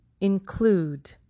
include